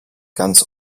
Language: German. ganz